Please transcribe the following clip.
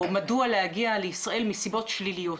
או מדוע להגיע לישראל מסיבות שליליות.